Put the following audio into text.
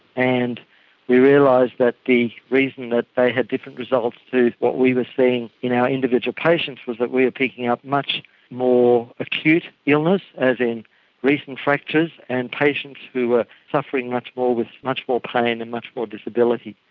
and we realised that the reason that they had different results to what we were seeing in our individual cases was that we were picking up much more acute illness, as in recent fractures and patients who were suffering much more, with much more pain and much more disability.